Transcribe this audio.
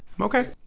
Okay